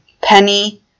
penny